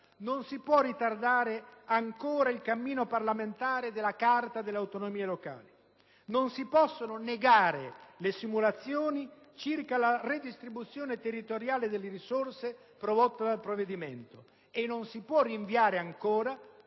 Non si può ritardare ancora il cammino parlamentare della Carta delle autonomie locali. Non si possono negare le simulazioni circa la redistribuzione territoriale delle risorse prodotta dal provvedimento. Non si può rinviare ancora